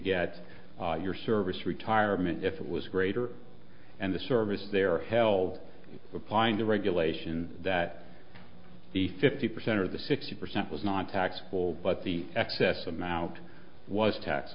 get your service retirement if it was greater and the service they're held applying to regulation that the fifty percent or the sixty percent was nontaxable but the excess amount was tax